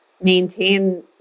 maintain